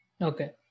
Okay